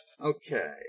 okay